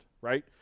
right